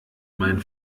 mein